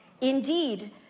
Indeed